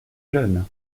jeune